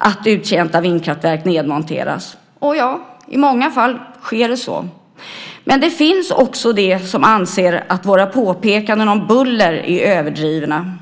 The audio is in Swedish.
att uttjänta vindkraftverk nedmonteras. Och, ja, i många fall sker så. Det finns också de som anser att våra påpekanden om buller är överdrivna.